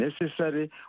necessary